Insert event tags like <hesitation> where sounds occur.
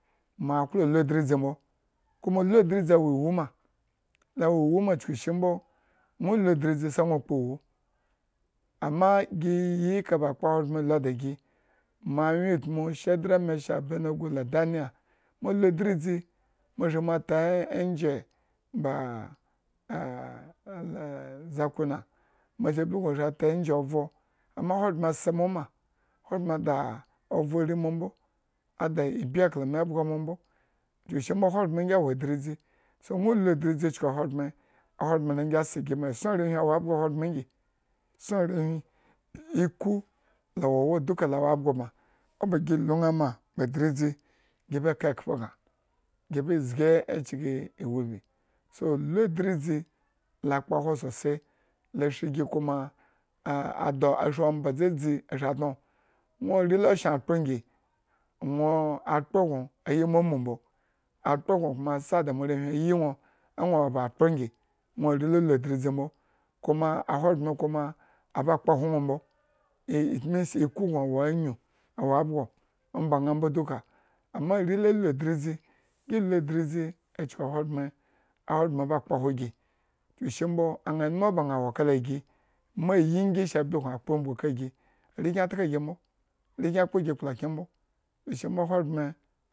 Ma klo lu adridzi mbo kuma lu dridzi awo ewu mala chuku eshi mbo, nwo lu dridzi sanwo kpo ewu, ama gi yi eka ba akpa ahogbren. lu da gi moanwyentmu shedrack. meshack and abednego laa daniel. moalu dridzi, mo shri ata angye ba <hesitation> zakuna moa blukun sa atengye avro ama ahogbren ase mo ma, ahogbren ada ovro ri mo mbo, ada ibyi akla mi abgamo mbo, chuku shimbo ahogbren ngi awo adridzi, so nwo lu adridzichuku ahogbren a hogbren lo ngi se gi, esson arewhi awo abgo ahogbren ngi, eson, ku, laowowa dukala wo abgo bma, oba gi lu ña mala adridzi gi eba ka ekhpo gna, gi. zgi ecikin eewu bi, so, lu adridzi la kpohwo sosai la shri gi kuma a adaashri omba dzadzi shri dnonwo are la shen akpro ngi nwo akpro gno, yi mau-mbo, akpro kuma asa da moarewhi nwo ma nwo wo ba kpro ngi nwo arelalu dridzii gi lu adridzi echuku ahogbren. ahogbren ba kpohwogi, chuku mbo alu ma o ba ña wokala gi ma ayi nyi ba bukun akpo umbugu kala gi ma ayi nyi ba blukun akpo umbugu kala gi, arekyen tka gi mbo. arekyen kpo gi akplokyenmbo